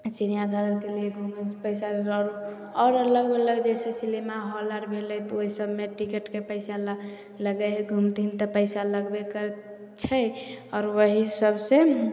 चिड़ियाँघरके पैसा आओर आओर लगबै छै सिनेमा हॉल आर भेलै तऽ ओहिमे टिकटके पैसा लगै हइ घुमथिन तऽ पैसा लगबे करै छै आओर वही सबसे